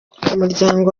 umuryango